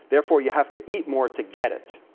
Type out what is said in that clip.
therefore, you have to eat more to get it.